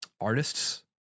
artists